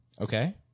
Okay